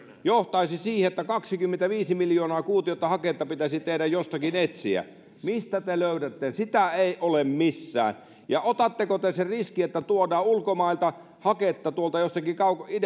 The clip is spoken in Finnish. johtaisi siihen että kaksikymmentäviisi miljoonaa kuutiota haketta pitäisi teidän jostakin etsiä mistä te löydätte sitä ei ole missään otatteko te sen riskin että tuodaan ulkomailta haketta tuolta jostakin